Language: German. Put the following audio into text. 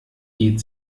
geht